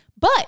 But-